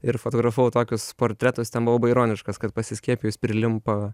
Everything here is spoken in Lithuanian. ir fotografavau tokius portretus ten buvau ironiškas kad pasiskiepijus prilimpa